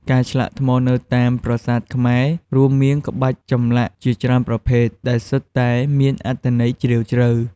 ការឆ្លាក់ថ្មនៅតាមប្រាសាទខ្មែររួមមានក្បាច់ចម្លាក់ជាច្រើនប្រភេទ ដែលសុទ្ធតែមានអត្ថន័យជ្រាលជ្រៅ។